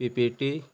P P T